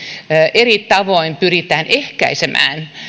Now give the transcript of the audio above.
eri tavoin pyritään ehkäisemään